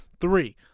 three